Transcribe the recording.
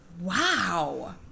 wow